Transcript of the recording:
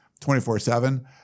24-7